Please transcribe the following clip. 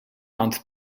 month